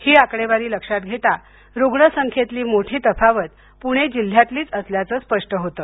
ही आकडेवारी लक्षात घेता रुग्णसंख्येतली मोठी तफावत पुणे जिल्ह्यातलीच असल्याचं स्पष्ट होतं